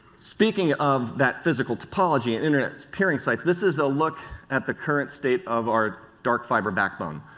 speaking of that physical t opology and internet peering sites, this is a look at the current state of our dark fiber backbone.